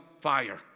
fire